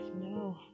no